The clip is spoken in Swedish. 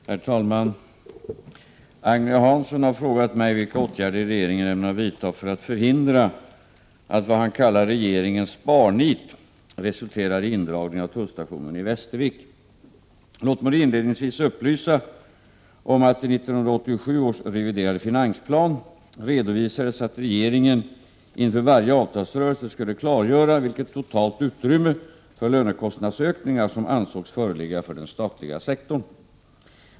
Herr talman! Agne Hansson har frågat mig vilka åtgärder regeringen ämnar vidta för att förhindra att vad han kallar regeringens sparnit resulterar i indragning av tullstationen i Västervik. Låt mig då inledningsvis upplysa om att i 1987 års reviderade finansplan redovisades att regeringen inför varje avtalsrörelse skulle klargöra vilket totalt utrymme för lönekostnadsökningar som ansågs föreligga för den statliga sektorn.